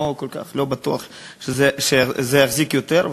לא כל כך, לא בטוח שזה יחזיק יותר.